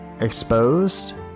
exposed